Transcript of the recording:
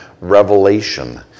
Revelation